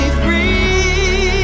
free